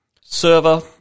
server